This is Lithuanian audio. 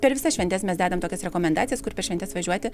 per visas šventes mes dedam tokias rekomendacijas kur per šventes važiuoti